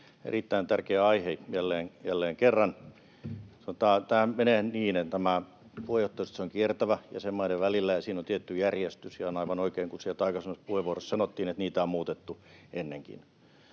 erittäin tärkeä aihe jälleen kerran. Tämä menee niin, että tämä puheenjohtajuus on kiertävä jäsenmaiden välillä, ja siinä on tietty järjestys. Ja on aivan oikein, kun sieltä aikaisemmassa puheenvuorossa sanottiin, että niitä on muutettu ennenkin.